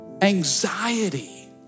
anxiety